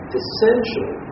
essential